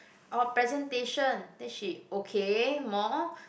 our presentation then she okay more